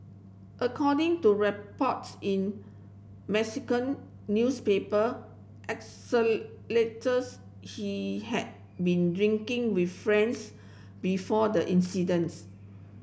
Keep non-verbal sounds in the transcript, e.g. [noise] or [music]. according to reports in Mexican newspaper [unintelligible] he had been drinking with friends before the incidence